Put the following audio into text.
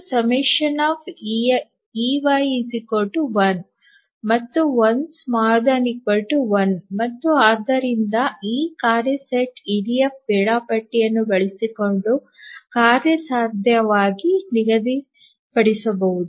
67 ಮತ್ತು ∑ey 1 ಮತ್ತು 1 ≤ 1 ಮತ್ತು ಆದ್ದರಿಂದ ಈ ಕಾರ್ಯ ಸೆಟ್ ಇಡಿಎಫ್ ವೇಳಾಪಟ್ಟಿಯನ್ನು ಬಳಸಿಕೊಂಡು ಕಾರ್ಯಸಾಧ್ಯವಾಗಿ ನಿಗದಿಪಡಿಸಬಹುದು